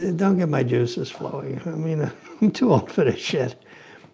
ah don't get my juices flowing. i mean, i'm too old for this shit!